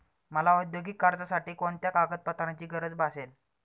मला औद्योगिक कर्जासाठी कोणत्या कागदपत्रांची गरज भासेल?